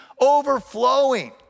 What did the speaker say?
overflowing